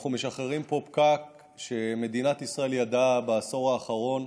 אנחנו משחררים פה פקק שמדינת ישראל ידעה בעשור האחרון: